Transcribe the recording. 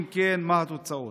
אם כן, מה התוצאות?